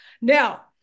Now